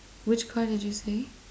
which car did you say